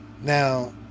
Now